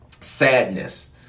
sadness